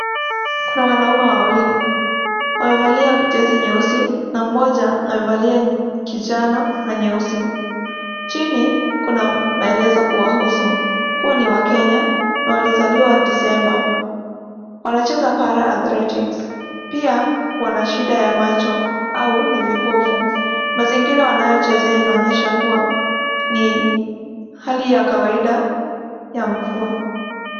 Kuna wanaume wawili, wamevalia jezi nyeusi na moja amevalia kijano na nyeusi. Chini kuna maelezo kuwahusu kuwa ni wakenya na walizaliwa December,(cs), wanacheza Para Athletic,(cs). Pia wanashinda ya macho au ni vipofu. Mazingira wanayochezea inaonyesha kuwa hali ya kawaida ya mvua.